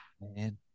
Man